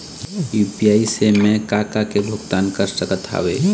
UPI से मैं का का के भुगतान कर सकत हावे?